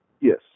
Yes